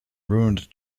ruined